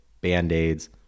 Band-Aids